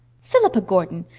philippa gordon!